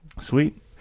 Sweet